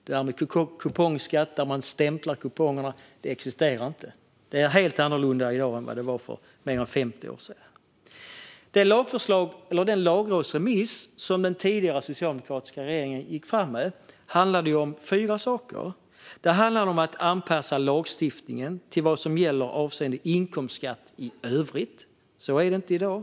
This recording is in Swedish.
Det där med kupongskatt, där kupongerna stämplades, existerar inte. Det är helt annorlunda i dag än för mer än 50 år sedan. Den lagrådsremiss som den socialdemokratiska regeringen gick fram med handlade om fyra saker. Det handlade om att anpassa lagstiftningen till vad som gäller avseende inkomstskatt i övrigt. Så är det inte i dag.